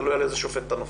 תלוי לאיזה שופט אתה נופל.